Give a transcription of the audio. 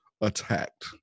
attacked